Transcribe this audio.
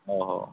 ଓ ହୋ